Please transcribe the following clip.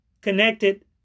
connected